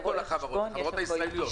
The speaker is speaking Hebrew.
שלרואי חשבון יש אחריות אישית.